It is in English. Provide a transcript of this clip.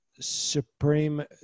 supreme